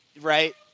right